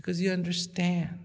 because you understand